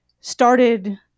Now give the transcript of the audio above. started